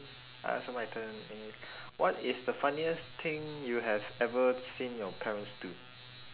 I ask ah my turn okay what is the funniest thing you have ever seen your parents do